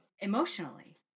emotionally